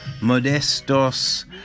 Modestos